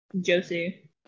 Josie